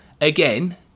again